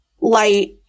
light